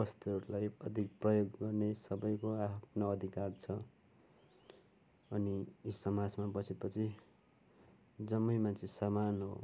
वस्तुहरूलाई अधिक प्रयोग गर्ने सबैको आ आफ्नो अधिकार छ अनि यस समाजमा बसेपछि जम्मै मान्छे समान हो